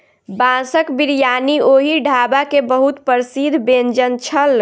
बांसक बिरयानी ओहि ढाबा के बहुत प्रसिद्ध व्यंजन छल